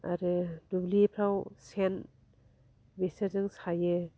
आरो दुब्लिफ्राव सेन बिसोरजों सायो